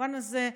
במובן הזה,